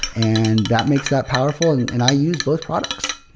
and that makes that powerful. and and i use both products.